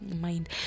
mind